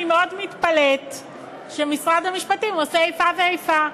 אני מאוד מתפלאת שמשרד המשפטים עושה איפה ואיפה.